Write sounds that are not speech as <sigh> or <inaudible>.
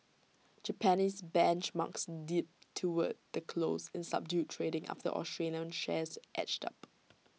Japanese benchmarks dipped toward the close in subdued trading after Australian shares edged up <noise>